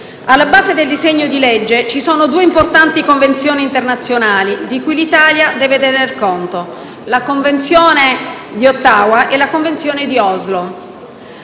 Alla base del disegno di legge ci sono due importanti convenzioni internazionali di cui l'Italia deve tenere conto: la Convenzione di Ottawa e la Convenzione di Oslo.